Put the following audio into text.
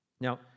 Now